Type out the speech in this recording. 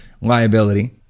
liability